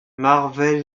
marvel